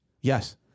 Yes